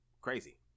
crazy